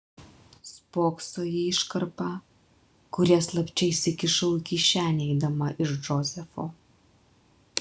spokso į iškarpą kurią slapčia įsikišau į kišenę eidama iš džozefo